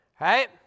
Right